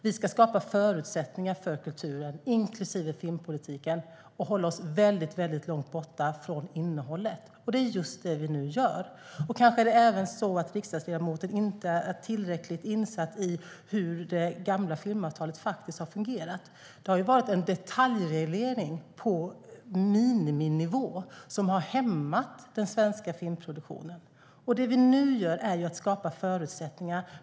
Vi ska skapa förutsättningar för kulturen, inklusive filmpolitiken, och hålla oss väldigt långt borta från innehållet. Det är just detta vi nu gör. Kanske är det även så att riksdagsledamoten inte är tillräckligt insatt i hur det gamla filmavtalet fungerade. Det har varit en detaljreglering på miniminivå som har hämmat den svenska filmproduktionen. Det vi nu gör är att skapa förutsättningar.